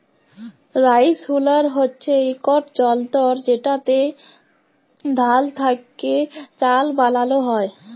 rice huller হছে ইকট যল্তর যেটতে ধাল থ্যাকে চাল বালাল হ্যয়